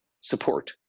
support